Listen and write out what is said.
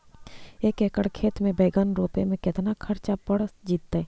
एक एकड़ खेत में बैंगन रोपे में केतना ख़र्चा पड़ जितै?